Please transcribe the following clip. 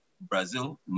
Brazil